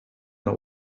know